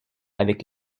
avec